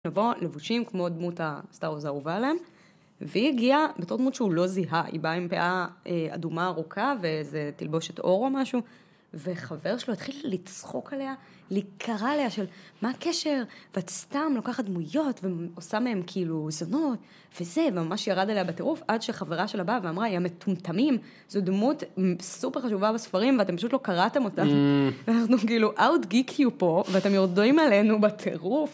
נבוא, לבושים כמו דמות הסטארז, זה אהובה עליהם. והיא הגיעה, בתור דמות שהוא לא זיהה, היא באה עם פאה אדומה ארוכה ואיזה תלבושת אור או משהו, וחבר שלו התחיל לצחוק עליה, לקרא עליה של מה הקשר? והיא סתם לוקחת דמויות ועושה מהן כאילו זונות וזה, וממש ירד עליה בטירוף עד שחברה שלה באה ואמרה, יא מטומטמים, זו דמות סופר חשובה בספרים, ואתה פשוט לא קראתם אותם. ואנחנו כאילו אוט גיקים פה ואתם יורדים עלינו בטירוף.